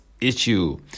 issue